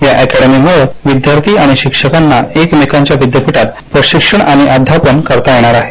या अकॅडमीमुळे विद्यार्थी व शिक्षकांना एकमेकांच्या विद्यापीठात प्रशिक्षण अध्यापन करता येणार आहे